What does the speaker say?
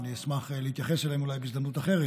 ואני אשמח להתייחס אליהן אולי בהזדמנות אחרת,